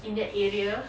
in that area